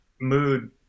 mood